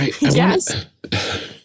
Yes